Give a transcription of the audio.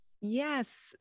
Yes